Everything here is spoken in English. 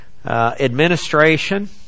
Administration